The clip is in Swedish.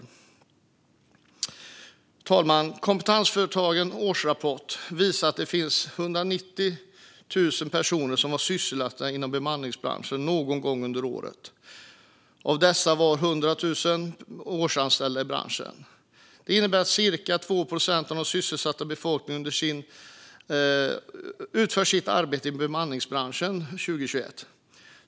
Herr talman! Kompetensföretagens årsrapport 2021 visar att det fanns 190 700 personer som var sysselsatta i bemanningsbranschen någon gång under året. Av dessa var 102 000 årsanställda i branschen. Det innebär att cirka 2 procent av den sysselsatta befolkningen utförde sitt arbete i bemanningsbranschen 2021.